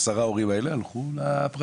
העשרה הורים האלה הלכו לפרטי.